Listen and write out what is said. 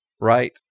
Right